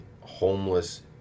homeless